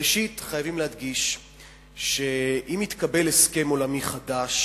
ראשית, חייבים להדגיש שאם יתקבל הסכם עולמי חדש